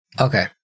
Okay